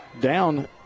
down